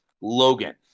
Logan